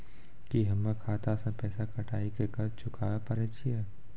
की हम्मय खाता से पैसा कटाई के कर्ज चुकाबै पारे छियै?